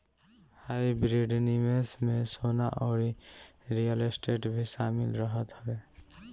hybrid निवेश में सोना अउरी रियल स्टेट भी शामिल रहत हवे